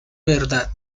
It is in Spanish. verdad